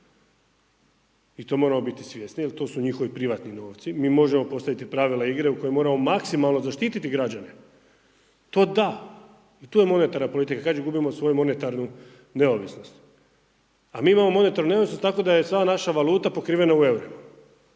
i to moramo biti svjesni jer to su njihovi privatni novci. Mi možemo postaviti pravila igre u kojima moramo maksimalno zaštiti građane. To da i to je monetarna politika, kaže gubimo svoju monetarnu neovisnost. A mi imamo monetarnu neovisnost tako da je sva naša valuta pokrivena u eurima.